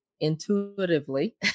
Intuitively